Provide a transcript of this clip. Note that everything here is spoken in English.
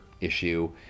issue